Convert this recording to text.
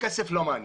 הכסף לא מעניין.